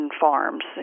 farms